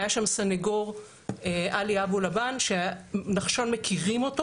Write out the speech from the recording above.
היה שם סניגור עלי אבו לבן שנחשון מכירים אותו